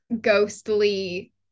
ghostly